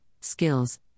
skills